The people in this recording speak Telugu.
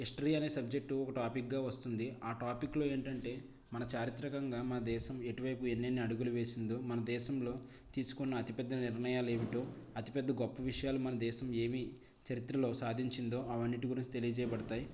హిస్టరీ అనే సబ్జెక్టు ఒక టాపిక్ గా వస్తుంది ఆ టాపిక్ లో ఏంటంటే మన చారిత్రకంగా మన దేశం ఎటువైపు ఎన్నెన్ని అడుగులు వేసిందో మన దేశంలో తీసుకున్న అతిపెద్ద నిర్ణయాలు ఏమిటో అతిపెద్ద గొప్ప విషయాలు మన దేశం ఏమీ చరిత్రలో సాధించిందో అవన్నీటి గురించి తెలియజేయబడతాయి